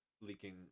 leaking